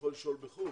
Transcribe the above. יכול לשהות חו"ל,